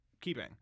keeping